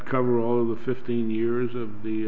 cover all the fifteen years of